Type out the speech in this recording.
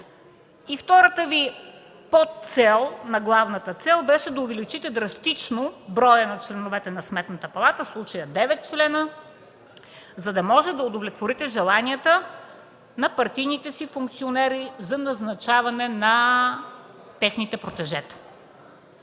Втората Ви подцел на главната цел беше да увеличите драстично броя на членовете на Сметната палата – в случая 9 члена, за да може да удовлетворите желанията на партийните си функционери за назначаване на техните протежета.